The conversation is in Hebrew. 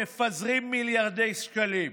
מפזרים מיליארדי שקלים.